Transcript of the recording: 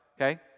okay